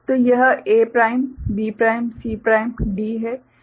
तो यह A prime B prime C prime D है